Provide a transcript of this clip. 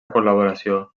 col·laboració